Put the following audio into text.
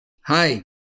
Hi